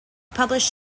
published